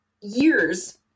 years